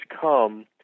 come